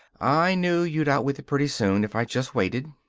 i knew you'd out with it, pretty soon, if i just waited.